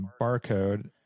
barcode